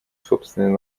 собственный